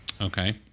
Okay